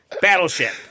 battleship